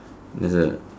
there's a